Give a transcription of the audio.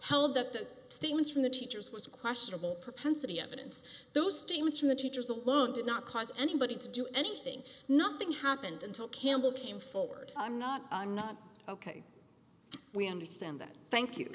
held up the statements from the teachers was questionable propensity evidence those statements from the teachers alone did not cause anybody to do anything nothing happened until campbell came forward i'm not i'm not ok we understand that thank you